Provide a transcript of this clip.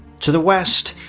to the west,